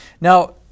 Now